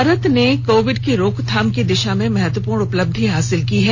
भारत ने कोविड की रोकथाम की दिशा में महत्वपूर्ण उपलब्धि हासिल की है